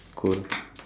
cool